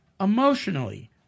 emotionally